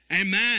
amen